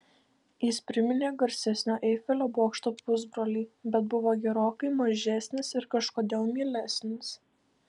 jis priminė garsesnio eifelio bokšto pusbrolį bet buvo gerokai mažesnis ir kažkodėl mielesnis